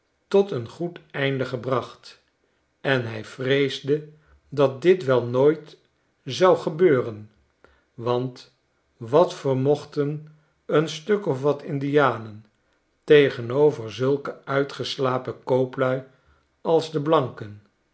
tot een goed einde gebracht en hij vreesde dat dit wel nooit zou gebeuren want wat vermochten eenstukof watlndianen tegenover zulke uitgeslapen kooplui als deblanken